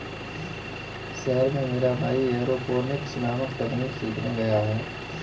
शहर में मेरा भाई एरोपोनिक्स नामक तकनीक सीखने गया है